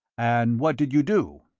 and what did you do?